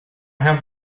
have